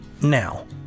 Now